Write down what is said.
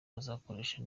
kuzakoresha